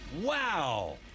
Wow